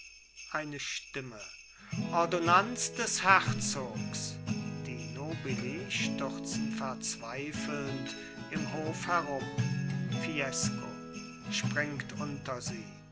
eine stimme ordonnanz des herzogs die nobili stürzen verzweiflend im hof herum fiesco springt unter sie